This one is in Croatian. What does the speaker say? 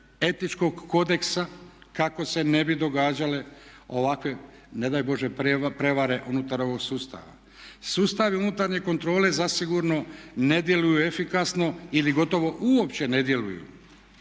etičkog kodeksa kako se ne bi događale ovakve ne daj Bože prijevare unutar ovog sustava. Sustavi unutarnje kontrole zasigurno ne djeluju efikasno ili gotovo uopće ne djeluju.